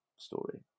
story